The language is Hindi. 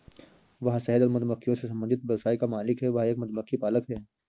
वह शहद और मधुमक्खियों से संबंधित व्यवसाय का मालिक है, वह एक मधुमक्खी पालक है